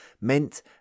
meant